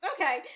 Okay